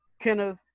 Kenneth